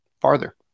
farther